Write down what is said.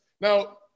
Now